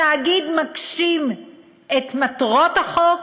התאגיד מגשים את מטרות החוק